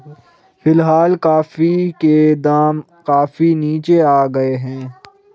फिलहाल कॉफी के दाम काफी नीचे आ गए हैं